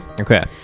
Okay